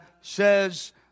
says